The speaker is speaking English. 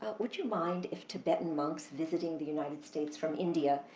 but would you mind if tibetan monks visiting the united states from india,